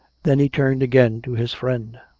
then he turned again to his friend.